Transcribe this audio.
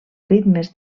ritmes